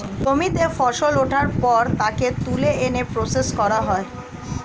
জমিতে ফসল ওঠার পর তাকে তুলে এনে প্রসেস করা হয়